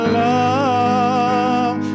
love